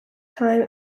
time